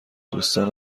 دوستان